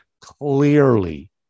clearly